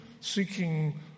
seeking